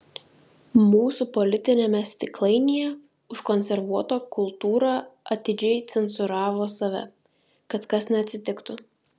mūsų politiniame stiklainyje užkonservuota kultūra atidžiai cenzūravo save kad kas neatsitiktų